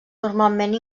normalment